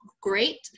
great